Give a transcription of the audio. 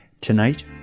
Tonight